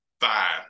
Five